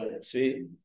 see